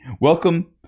Welcome